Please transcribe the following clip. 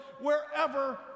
wherever